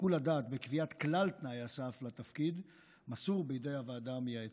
שיקול הדעת בקביעת כלל תנאי הסף לתפקיד מסור בידי הוועדה המייעצת.